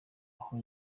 aho